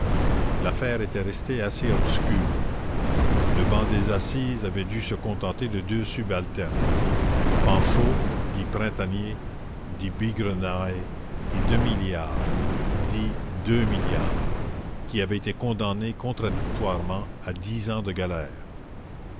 l'affaire était restée assez obscure le banc des assises avait dû se contenter de deux subalternes panchaud dit printanier dit bigrenaille et demi liard dit deux milliards qui avaient été condamnés contradictoirement à dix ans de galères